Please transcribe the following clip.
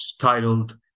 titled